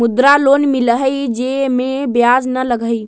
मुद्रा लोन मिलहई जे में ब्याज न लगहई?